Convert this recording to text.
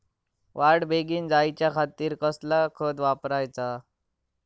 वाढ बेगीन जायच्या खातीर कसला खत वापराचा?